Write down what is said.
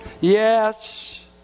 Yes